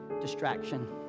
distraction